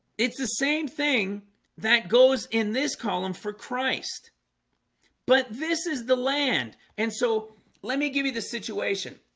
it's the same thing that goes in this column for christ but this is the land and so let me give you the situation